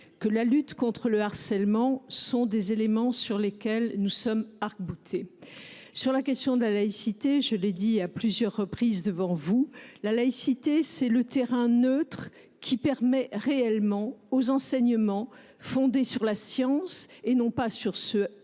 que la lutte contre le harcèlement sont des éléments sur lesquels nous sommes arc boutés. La laïcité, je l’ai dit à plusieurs reprises devant vous, est le terrain neutre permettant réellement aux enseignements fondés sur la science, et non pas sur ce que